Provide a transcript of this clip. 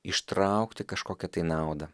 ištraukti kažkokią tai naudą